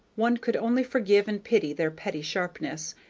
one could only forgive and pity their petty sharpness,